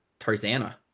Tarzana